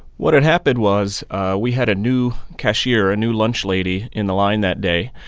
what had happened was we had a new cashier, a new lunch lady, in the line that day.